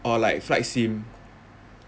or like flight sim